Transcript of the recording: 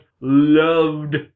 loved